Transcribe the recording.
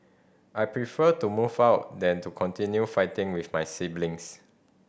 I prefer to move out than to continue fighting with my siblings